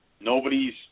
nobody's